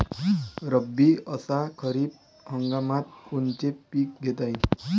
रब्बी अस खरीप हंगामात कोनचे पिकं घेता येईन?